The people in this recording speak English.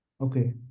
Okay